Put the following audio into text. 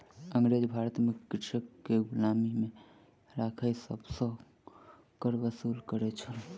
अँगरेज भारत में कृषक के गुलामी में राइख सभ सॅ कर वसूल करै छल